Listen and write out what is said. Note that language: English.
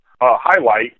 highlight